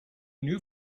new